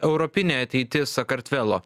europinė ateitis sakartvelo